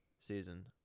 Season